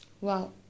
Wow